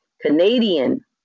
Canadian